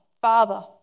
Father